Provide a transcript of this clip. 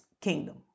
kingdom